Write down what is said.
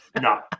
no